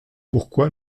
pourquoi